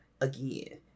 again